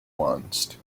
nuanced